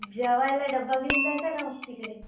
जेवायला डबा घेऊन जायचं का तिकडे